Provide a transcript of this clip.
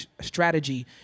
strategy